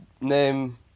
name